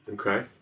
Okay